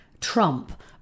Trump